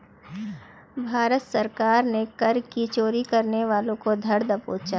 भारत सरकार ने कर की चोरी करने वालों को धर दबोचा